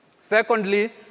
Secondly